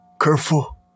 careful